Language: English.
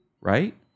right